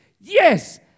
Yes